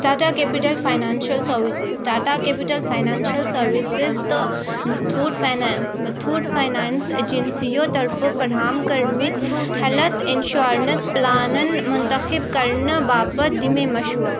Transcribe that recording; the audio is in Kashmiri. Tata capital financial services Tata capital financial services تہٕ مٔتھوٗٹھ فاینانٛس مٔتھوٗٹھ فاینانٛس اٮ۪جٮ۪نسِیو طرفہٕ فرہام کٔرمٕتۍ ہٮ۪لٕتھ اِنشورنَس پٕلانَن مُنتخِب کرنہٕ باپَتھ دِ مےٚ مشوَرٕ